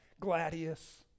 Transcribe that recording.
gladius